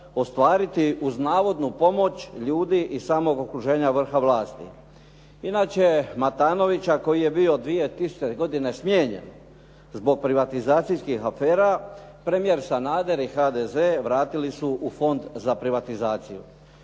ostvariti uz navodnu pomoć ljudi iz samog okruženja vrha vlasti. Inače Matanovića koji je bio 2000. godine smijenjen zbog privatizacijskih afera, premijer Sanader i HDZ vratili su u Fond za privatizaciju.